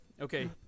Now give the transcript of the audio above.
Okay